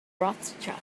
rothschild